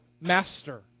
Master